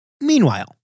Meanwhile